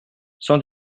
cent